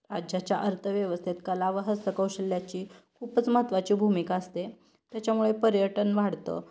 राज्याच्या अर्थव्यवस्थेत कला व हस्तकौशल्याची खूपच महत्त्वाची भूमिका असते त्याच्यामुळे पर्यटन वाढतं